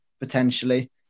potentially